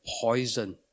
poison